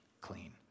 clean